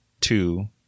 two